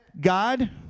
God